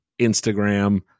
Instagram